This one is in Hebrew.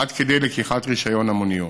עד כדי לקיחת רישיון המוניות.